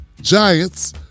giants